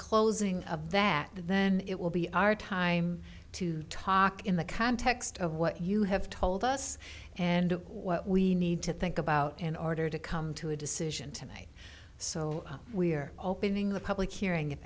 closing of that then it will be our time to talk in the context of what you have told us and what we need to think about in order to come to a decision tonight so we're opening the public hearing if